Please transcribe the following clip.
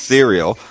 Serial